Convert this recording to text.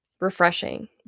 refreshing